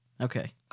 Okay